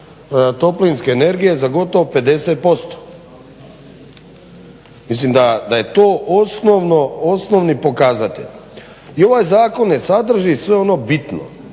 toplinske energije za gotovo 50%. Mislim da je to osnovni pokazatelj. I ovaj zakon ne sadrži sve ono bitno,